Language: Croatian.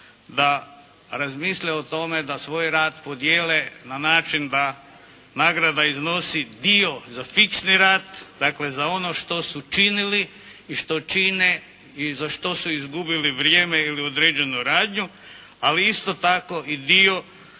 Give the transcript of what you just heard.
da razmisle o tome da svoj rad podijele na način da nagrada iznosi dio za fiksni rad, dakle za ono što su činili i što čine i za što su izgubili vrijeme ili određenu radnju ali isto tako i dio